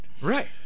Right